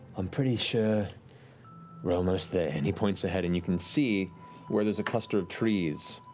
i'm pretty sure we're almost there. and he points ahead, and you can see where there's a cluster of trees.